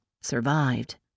survived